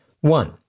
One